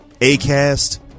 Acast